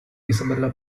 isabella